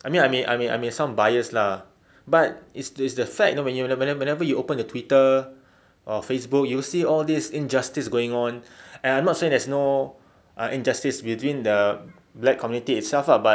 I mean I may I may I may sound biased lah but it's it's the fact that whenever whenever you open the twitter or facebook you see all these injustice going on and I'm not saying there's no injustice between the black community itself ah but